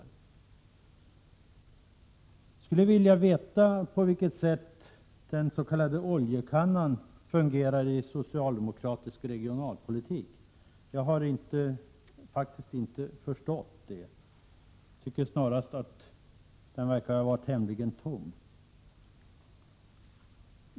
Jag skulle vilja veta på vilket sätt den s.k. oljekannan fungerar i socialdemokratisk regionalpolitik. Jag har faktiskt inte förstått det. Jag tycker snarast att den verkar tämligen tom.